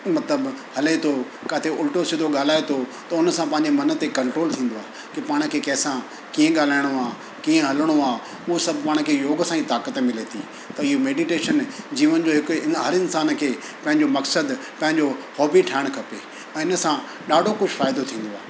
मतिलबु हले थो किथे उल्टो सिधो ॻाल्हाए थो त हुनसां पांजे मन ते कंट्रोल थींदो आहे की पाण खे कंहिंसां कीअं ॻाल्हाइणो आहे कीअं हलिणो आहे उहा सभु पाण खे योग सां ई ताक़त मिले थी त इहो मैडिटेशन जीवन जो हिकु हिन हर इंसान खे पंहिंजो मक़्सदु पंहिंजो हॉबी ठाहिणु खपे ऐं इन सां ॾाढो कुझु फ़ाइदो थींदो आहे